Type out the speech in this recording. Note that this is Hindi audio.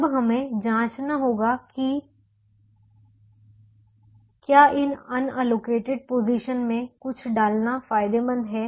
अब हमें जांचना होगा कि क्या इन अनएलोकेटेड पोजीशन में कुछ डालना फायदेमंद है